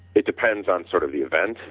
it depends on sort of the event,